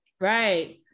right